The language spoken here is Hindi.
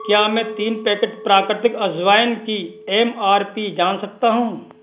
क्या मैं तीन पैकेट प्राकृतिक अजवाइन की एम आर पी जान सकता हूँ